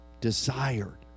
desired